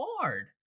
hard